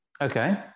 Okay